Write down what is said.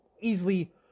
easily